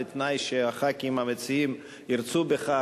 בתנאי שחברי הכנסת המציעים ירצו בכך,